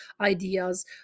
ideas